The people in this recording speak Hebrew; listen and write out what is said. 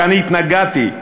שאני התנגדתי.